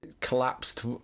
collapsed